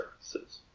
services